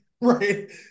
right